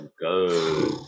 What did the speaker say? go